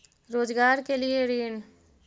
रोजगार के लिए ऋण?